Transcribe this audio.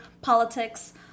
politics